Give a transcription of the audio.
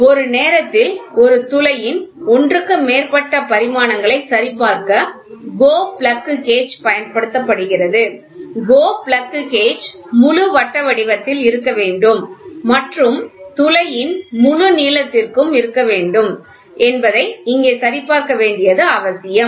ஒரே நேரத்தில் ஒரு துளையின் ஒன்றுக்கு மேற்பட்ட பரிமாணங்களை சரிபார்க்க GO பிளக் கேஜ் பயன்படுத்தப்படுகிறது GO பிளக் கேஜ் முழு வட்ட வடிவத்தில் இருக்க வேண்டும் மற்றும் துளையின் முழு நீளத்திற்கும் இருக்க வேண்டும் என்பதை இங்கே சரிபார்க்க வேண்டியது அவசியம்